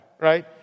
right